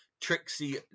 Trixie